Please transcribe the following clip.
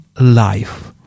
life